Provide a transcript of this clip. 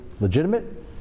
legitimate